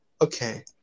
Okay